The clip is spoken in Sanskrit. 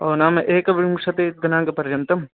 नाम एकविंशतिदिनाङ्कपर्यन्तम्